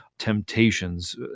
temptations